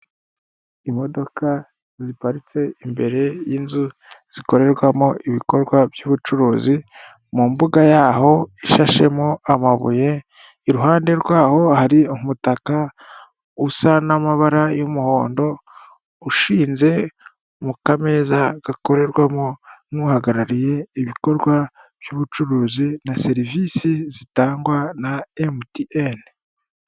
Imodoka ziparitse imbere y'inzu zikorerwamo ibikorwa by'ubucuruzi, mu mbuga yaho ishashemo amabuye iruhande rwaho har’umutaka usa n'amabara y'umuhondo ushinze mu kameza gakorerwamo n'uhagarariye ibikorwa by'ubucuruzi na serivisi zitangwa na MTN.